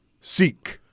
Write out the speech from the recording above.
seek